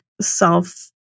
self